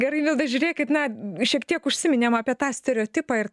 gerai milda žiūrėkit na šiek tiek užsiminėm apie tą stereotipą ir